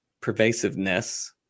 pervasiveness